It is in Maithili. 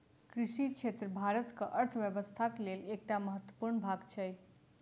कृषि क्षेत्र भारतक अर्थव्यवस्थाक लेल एकटा महत्वपूर्ण भाग छै